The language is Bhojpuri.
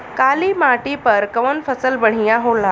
काली माटी पर कउन फसल बढ़िया होला?